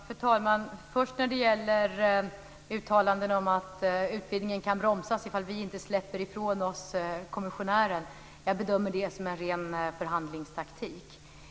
Fru talman! Först vill jag säga att jag bedömer uttalandena om att utvidgningen kan bromsas om vi inte släpper ifrån oss kommissionären som en ren förhandlingstaktik.